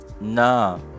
No